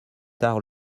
tard